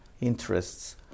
interests